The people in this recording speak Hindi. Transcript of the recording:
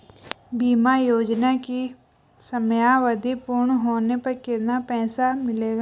बीमा योजना की समयावधि पूर्ण होने पर कितना पैसा मिलेगा?